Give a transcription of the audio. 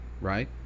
right